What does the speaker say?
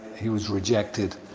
he was rejected,